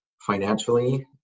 financially